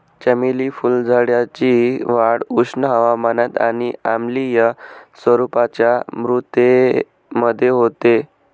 चमेली फुलझाडाची वाढ उष्ण हवामानात आणि आम्लीय स्वरूपाच्या मृदेमध्ये होते